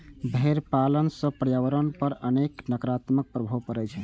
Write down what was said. भेड़ पालन सं पर्यावरण पर अनेक नकारात्मक प्रभाव पड़ै छै